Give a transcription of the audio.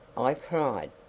i cried.